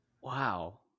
Wow